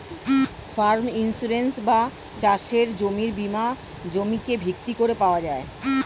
farm insurance বা চাষের জমির বীমা জমিকে ভিত্তি করে পাওয়া যায়